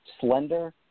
slender